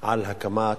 על הקמת,